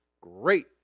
Great